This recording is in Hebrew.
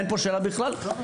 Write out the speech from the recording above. אין פה שאלה בכלל.